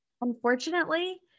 Unfortunately